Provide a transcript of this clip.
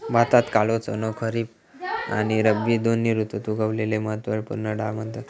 भारतात काळो चणो खरीब आणि रब्बी दोन्ही ऋतुत उगवलेली महत्त्व पूर्ण डाळ म्हणतत